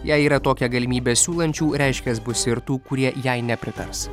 jei yra tokia galimybė siūlančių reiškias bus ir tų kurie jai nepritars